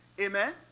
Amen